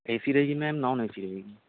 اے C رہے گی ma'am non A C رہے گی